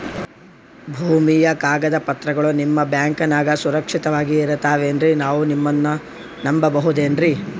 ಭೂಮಿಯ ಕಾಗದ ಪತ್ರಗಳು ನಿಮ್ಮ ಬ್ಯಾಂಕನಾಗ ಸುರಕ್ಷಿತವಾಗಿ ಇರತಾವೇನ್ರಿ ನಾವು ನಿಮ್ಮನ್ನ ನಮ್ ಬಬಹುದೇನ್ರಿ?